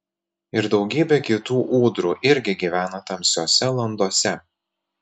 ir daugybė kitų ūdrų irgi gyvena tamsiose landose